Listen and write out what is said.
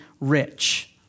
rich